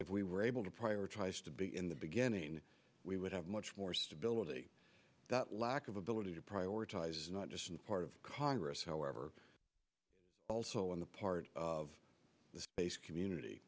if we were able to prioritize to be in the beginning we would have much more stability that lack of ability to prioritize not just part of congress however also on the part of the space community